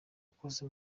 akoze